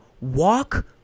walk